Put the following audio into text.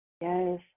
Yes